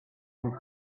and